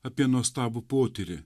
apie nuostabų potyrį